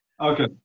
okay